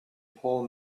paul